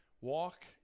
walk